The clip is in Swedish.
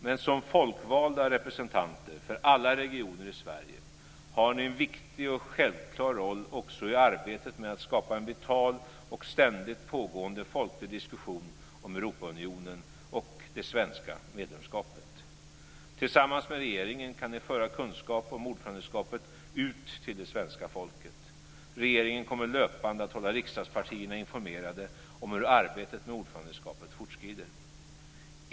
Men som folkvalda representanter för alla regioner i Sverige har ni en viktig och självklar roll också i arbetet med att skapa en vital och ständigt pågående folklig diskussion om Europaunionen och det svenska medlemskapet. Tillsammans med regeringen kan ni föra kunskap om ordförandeskapet ut till det svenska folket. Regeringen kommer löpande att hålla riksdagspartierna informerade om hur arbetet med ordförandeskapet fortskrider.